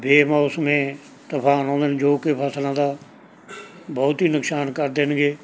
ਬੇਮੌਸਮੇ ਤੂਫਾਨ ਆਉਦੇ ਨੇ ਜੋ ਕਿ ਫਸਲਾਂ ਦਾ ਬਹੁਤ ਹੀ ਨੁਕਸਾਨ ਕਰ ਦੇਣਗੇ